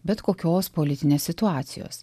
bet kokios politinės situacijos